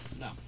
No